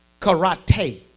karate